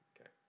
Okay